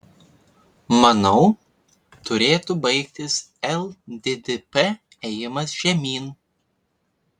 manau turėtų baigtis lddp ėjimas žemyn